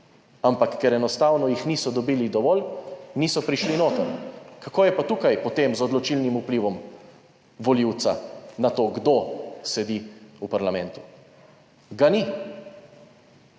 Ampak ker enostavno jih niso dobili dovolj, niso prišli noter. Kako je pa tukaj potem z odločilnim vplivom volivca na to, kdo sedi v parlamentu? Ga ni